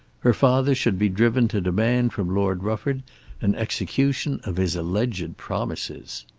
her father should be driven to demand from lord rufford an execution of his alleged promises.